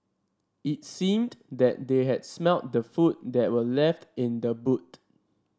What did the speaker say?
it seemed that they had smelt the food that were left in the boot